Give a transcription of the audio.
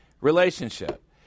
relationship